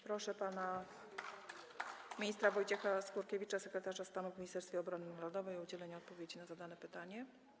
Proszę pana ministra Wojciecha Skurkiewicza, sekretarza stanu w Ministerstwie Obrony Narodowej, o udzielenie odpowiedzi na zadane pytanie.